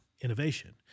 innovation